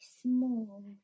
small